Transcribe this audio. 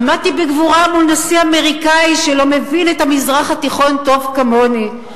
עמדתי בגבורה מול נשיא אמריקני שלא מבין את המזרח התיכון טוב כמוני,